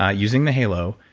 ah using the halo,